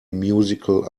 musical